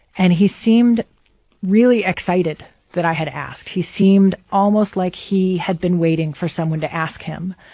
and he seemed really excited that i had asked. he seemed almost like he had been waiting for someone to ask him.